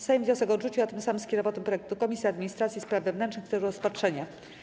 Sejm wniosek odrzucił, a tym samym skierował ten projekt do Komisji Administracji i Spraw Wewnętrznych w celu rozpatrzenia.